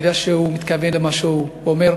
אני יודע שהוא מתכוון למה שהוא אומר.